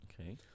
Okay